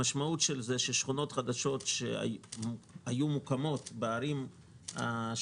המשמעות של זה היא ששכונות חדשות שהיו מוקמות בערים השונות